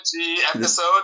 episode